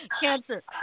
cancer